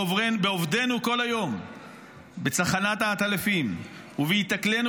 בעובדנו כל היום בצחנת העטלפים ובהיתקלנו